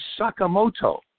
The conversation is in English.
Sakamoto